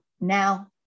now